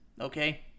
Okay